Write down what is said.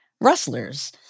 rustlers